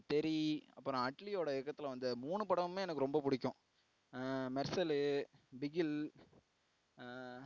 தெறி அப்றம் அட்லி ஓட இயக்கத்தில் வந்து மூணு படமுமே எனக்கு ரொம்ப பிடிக்கும் மெர்சல்லு பிகில்